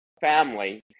family